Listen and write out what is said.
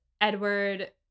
Edward